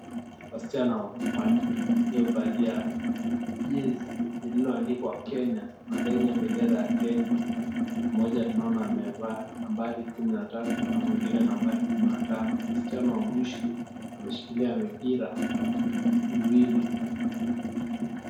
Wasichana wanne waliovalia jezi lililoandikwa Kenya na bendera ya Kenya. Mmoja tunaona amevaa nambari kumi na tatu na mwingine nambari kumi na tano. Msichana wa mwisho ameshikilia mipira miwili.